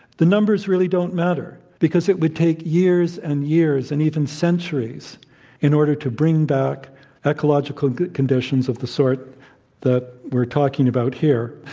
the numbers really don't matter because it would take years and years and even centuries in order to bring back ecological conditions of the sort that we're talking about here,